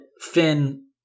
Finn